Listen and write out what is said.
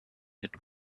had